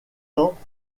tente